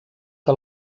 que